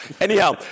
Anyhow